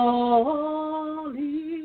Holy